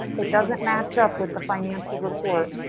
it doesn't match up with the financial report,